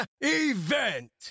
event